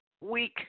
week